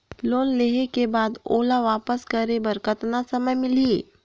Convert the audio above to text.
Loan लेहे के बाद ओला वापस करे बर कतना समय मिलही?